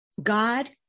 God